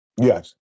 Yes